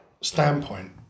standpoint